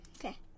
Okay